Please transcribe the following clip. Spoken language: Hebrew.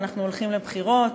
ואנחנו הולכים לבחירות,